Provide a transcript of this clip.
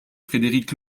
frédéric